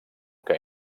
que